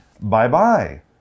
bye-bye